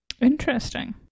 interesting